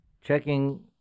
checking